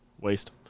waste